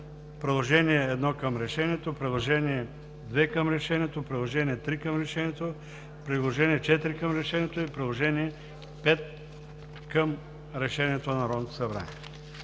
приложение № 1 към решението, приложение № 2 към решението, приложение № 3 към решението, приложение № 4 към решението и приложение № 5 към решението на Народното събрание.